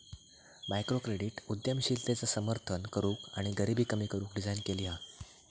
microcredit उद्यमशीलतेचा समर्थन करूक आणि गरीबी कमी करू डिझाईन केली हा